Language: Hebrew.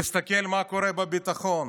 תסתכל מה קורה בביטחון,